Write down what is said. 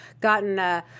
gotten